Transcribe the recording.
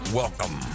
welcome